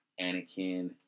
Anakin